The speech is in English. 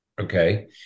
Okay